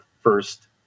first